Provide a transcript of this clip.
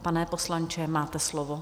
Pane poslanče, máte slovo.